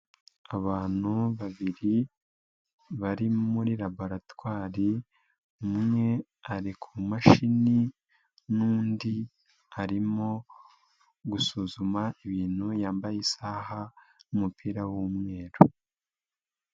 Abantu babiri bari muri laboratwari, umwe ari kumashini n'undi arimo gusuzuma ibintu yambaye isaha n'umupira w'umweru.